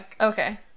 Okay